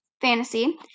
fantasy